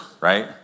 right